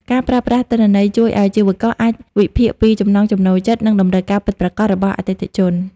ការប្រើប្រាស់ទិន្នន័យជួយឱ្យអាជីវករអាចវិភាគពីចំណង់ចំណូលចិត្ត និងតម្រូវការពិតប្រាកដរបស់អតិថិជន។